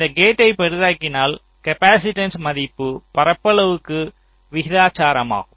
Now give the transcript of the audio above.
இந்த கேட்டை பெரிதாக்கினால் காப்பாசிட்டன்ஸ்ன் மதிப்பு பரப்பளவுக்கு விகிதாசாரமாகும்